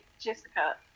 Jessica